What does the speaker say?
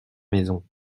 maison